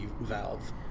valve